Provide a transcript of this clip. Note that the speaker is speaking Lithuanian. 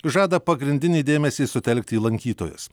žada pagrindinį dėmesį sutelkti į lankytojus